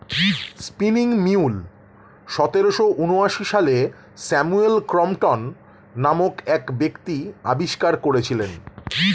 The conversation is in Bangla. স্পিনিং মিউল সতেরোশো ঊনআশি সালে স্যামুয়েল ক্রম্পটন নামক এক ব্যক্তি আবিষ্কার করেছিলেন